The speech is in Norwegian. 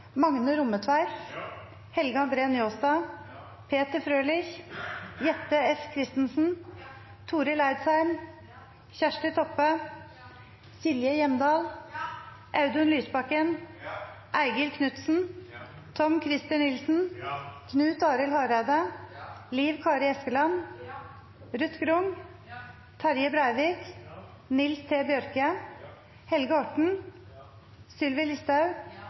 Magne Rommetveit, Helge André Njåstad, Peter Frølich, Jette F. Christensen, Torill Eidsheim, Kjersti Toppe, Silje Hjemdal, Audun Lysbakken, Eigil Knutsen, Tom-Christer Nilsen, Knut Arild Hareide, Liv Kari Eskeland, Ruth Grung, Terje Breivik, Nils T. Bjørke, Helge Orten, Sylvi Listhaug,